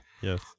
Yes